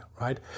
right